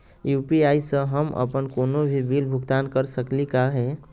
UPI स हम अप्पन कोनो भी बिल भुगतान कर सकली का हे?